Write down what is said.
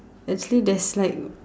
actually there's like